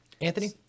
Anthony